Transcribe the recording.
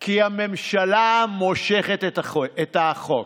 כי הממשלה מושכת את החוק.